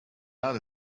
out